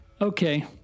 Okay